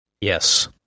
Yes